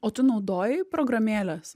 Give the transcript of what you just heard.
o tu naudojai programėles